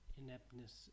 ineptness